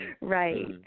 Right